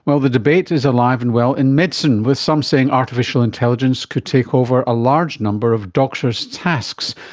well, the debate is alive and well in medicine with some saying artificial intelligence could take over a large number of doctors' tasks,